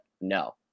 No